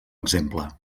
exemple